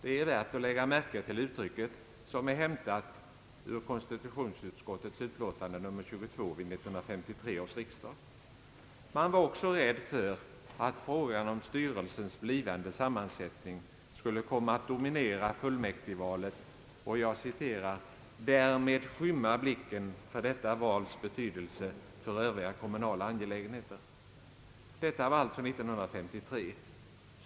Det är värt att lägga märke till uttrycket, som är häm tat ur konstitutionsutskottets utlåtande nr 22 vid 1953 års riksdag. Man var också rädd för att frågan om styrelsens blivande sammansättning skulle komma att dominera fullmäktigevalet och »därmed skymma blicken för detta vals betydelse för övriga kommunala angelägenheter». Detta var alltså år 1953.